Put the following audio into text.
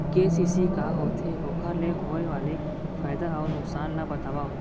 KCC का होथे, ओखर ले होय वाले फायदा अऊ नुकसान ला बतावव?